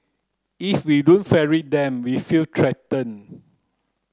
if we don't ferry them we feel threatened